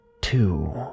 two